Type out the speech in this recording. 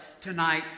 tonight